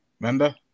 Remember